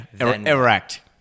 Erect